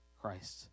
Christ